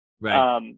Right